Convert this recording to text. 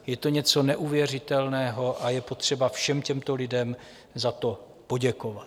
Je to něco neuvěřitelného a je potřeba všem těmto lidem za to poděkovat.